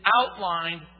outlined